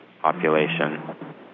population